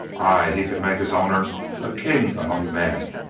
ay, he could make his owner a king among men.